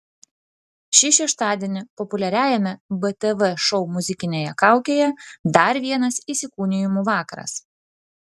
šį šeštadienį populiariajame btv šou muzikinėje kaukėje dar vienas įsikūnijimų vakaras